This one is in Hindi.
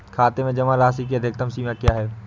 खाते में जमा राशि की अधिकतम सीमा क्या है?